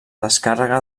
descàrrega